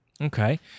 Okay